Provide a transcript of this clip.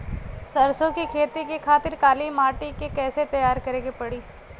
सरसो के खेती के खातिर काली माटी के कैसे तैयार करे के पड़ी?